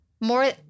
more